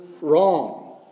wrong